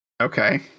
Okay